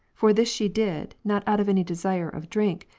for this she did, not out of any desire of drink,